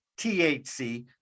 THC